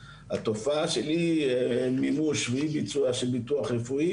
התופעה של אי מימוש ואי ביצוע של ביטוח רפואי